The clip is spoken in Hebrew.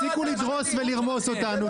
תפסיקו לדרוס ולרמוס אותנו,